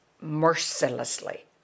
mercilessly